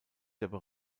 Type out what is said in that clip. dieser